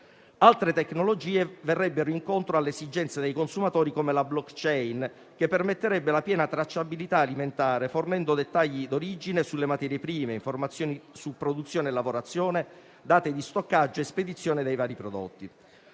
Altre tecnologie verrebbero incontro alle esigenze dei consumatori, come la *blockchain*, che permetterebbe la piena tracciabilità alimentare, fornendo dettagli d'origine sulle materie prime, informazioni su produzione e lavorazione, date di stoccaggio e spedizione dei vari prodotti.